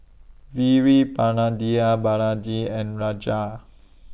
Veerapandiya Balaji and